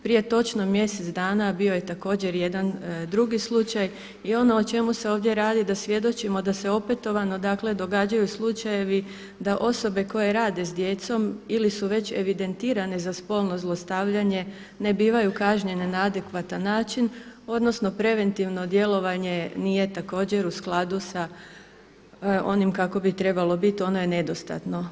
Prije točno mjesec dana bio je također jedan drugi slučaj i ono o čemu se ovdje radi da svjedočimo da se opetovano događaju slučajevi da osobe koje rade s djecom ili su već evidentirane za spolno zlostavljanje ne bivaju kažnjene na adekvatan način odnosno preventivno djelovanje nije također u skladu sa onim kako bi trebalo biti, ono je nedostatno.